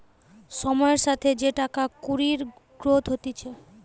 সময়ের সাথে যে টাকা কুড়ির গ্রোথ হতিছে